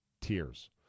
tears